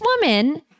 woman